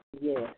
Yes